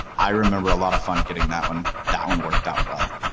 i remember a lot of fun getting that one that one worked out well.